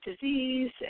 disease